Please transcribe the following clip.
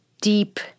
deep